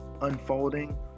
unfolding